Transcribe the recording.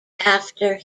after